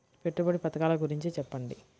పెట్టుబడి పథకాల గురించి చెప్పండి?